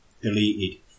deleted